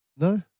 No